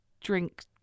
drink